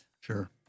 Sure